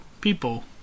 people